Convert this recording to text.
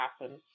happen